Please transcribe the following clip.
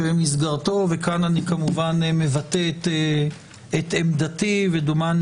שבמסגרתו וכאן אני כמובן מבטא את עמדתי ודומני